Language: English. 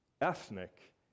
ethnic